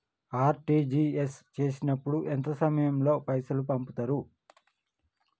RTGS చేసినప్పుడు ఎంత సమయం లో పైసలు పంపుతరు?